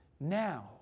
now